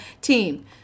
team